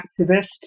activists